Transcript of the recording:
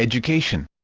education